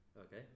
Okay